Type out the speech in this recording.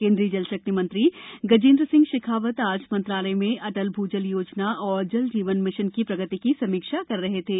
केन्द्रीय जल शक्ति मंत्री गजेन्द्र सिंह शेखावत आज मंत्रालय में अटल भूजल योजना और जल जीवन मिशन की प्रगति की समीक्षा कर रहे थे